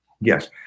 yes